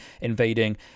invading